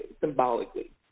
symbolically